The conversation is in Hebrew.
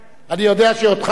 אני יודע שאותך אי-אפשר לתאם.